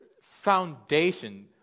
foundation